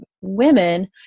women